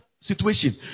situation